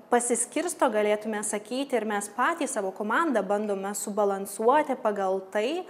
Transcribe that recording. pasiskirsto galėtume sakyti ir mes patys savo komandą bandome subalansuoti pagal tai